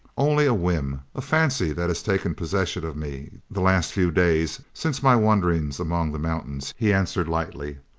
only a whim, a fancy that has taken possession of me the last few days, since my wanderings among the mountains, he answered, lightly